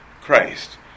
Christ